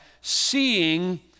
seeing